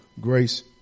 grace